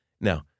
Now